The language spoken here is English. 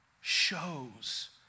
shows